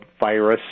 virus